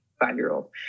five-year-old